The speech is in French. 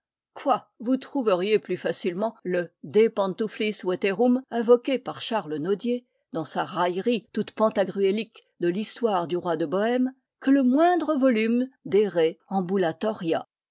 quoi vous trouveriez plus facilement le depafitoiiflis vetei'mn invoqué par charles nodier dans sa raillerie toute pantagruélique de vhistoire du roi de bohême que le moindre volume de re